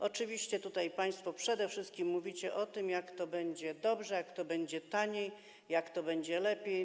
Oczywiście tutaj państwo przede wszystkim mówicie o tym, jak to będzie dobrze, jak to będzie taniej, jak to będzie lepiej.